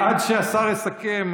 עד שהשר יסכם,